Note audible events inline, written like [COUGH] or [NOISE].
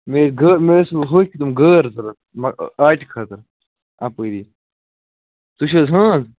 مےٚ گٔ مےٚ ٲسۍ ہوٚکھ تم گٲرۍ ضوٚرَتھ آٹہِ خٲطراَپٲری تُہۍ چھُو حظ [UNINTELLIGIBLE]